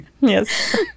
Yes